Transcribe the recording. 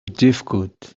difficult